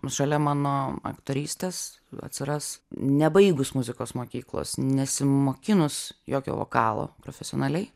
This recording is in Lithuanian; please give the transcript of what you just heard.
šalia mano aktorystės atsiras nebaigus muzikos mokyklos nesimokinus jokio vokalo profesionaliai